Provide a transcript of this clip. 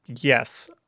yes